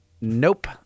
nope